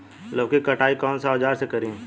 लौकी के कटाई कौन सा औजार से करी?